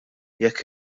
jekk